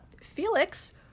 Felix